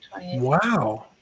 Wow